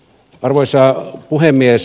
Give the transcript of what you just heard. arvoisa puhemies